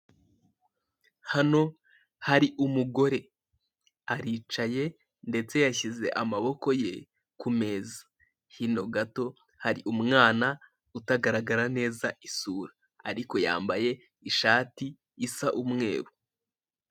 Hano hari umugore, aricaye ndetse yashyize amaboko ya ku meza. Hino gato, hari umwana utagaragaza neza isura. Ariko yambaye ishati isa umweru.